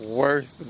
worth